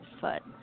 foot